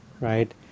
right